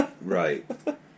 Right